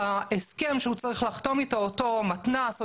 ההסכם שהוא צריך לחתום איתו אותו מתנ"ס או